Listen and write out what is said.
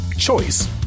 choice